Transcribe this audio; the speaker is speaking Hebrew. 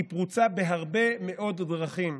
היא פרוצה בהרבה מאוד דרכים.